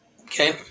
Okay